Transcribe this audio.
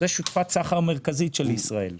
הן שותפות סחר מרכזיות של ישראל,